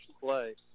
play